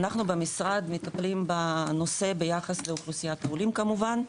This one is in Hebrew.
אנחנו במשרד מטפלים בנושא ביחס לאוכלוסיית העולים כמובן,